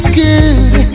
good